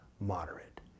moderate